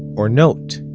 or note